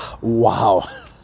wow